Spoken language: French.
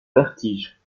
vertige